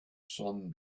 sun